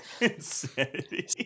insanity